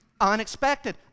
Unexpected